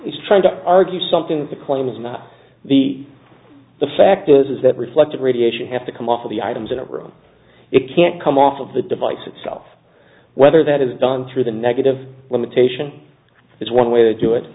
he's trying to argue something the claim is not the the fact is is that reflective radiation have to come off of the items in a room it can come off of the device itself whether that is done through the negative limitation is one way to do it